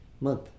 month